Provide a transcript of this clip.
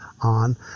on